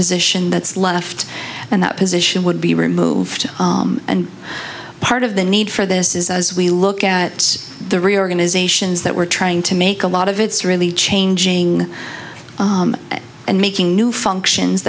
position that's left and that position would be removed and part of the need for this is as we look at the reorganizations that we're trying to make a lot of it's really changing and making new functions